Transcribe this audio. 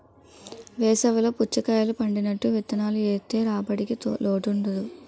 వేసవి లో పుచ్చకాయలు పండినట్టు విత్తనాలు ఏత్తె రాబడికి లోటుండదు